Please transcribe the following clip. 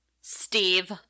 Steve